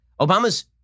Obama's